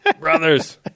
Brothers